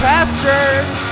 Pastures